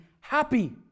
happy